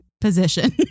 position